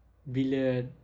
bila